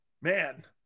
man